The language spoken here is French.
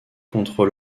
contre